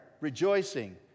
rejoicing